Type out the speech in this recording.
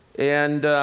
and